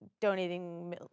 donating